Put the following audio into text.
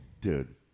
Dude